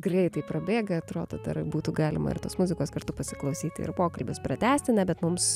greitai prabėga atrodo dar būtų galima ir tos muzikos kartu pasiklausyti ir pokalbis pratęsti na bet mums